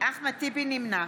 נמנע